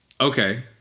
okay